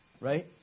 right